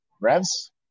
Revs